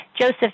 Joseph